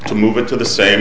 to move into the same